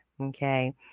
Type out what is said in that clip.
okay